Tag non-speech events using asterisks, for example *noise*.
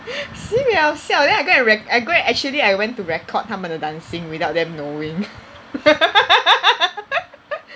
sibei 好笑 then I go and rec~ I go and actually I went to record 她们的 dancing without them knowing *laughs*